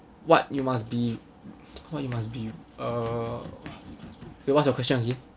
what you must be what you must be uh wait what's your question again